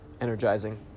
energizing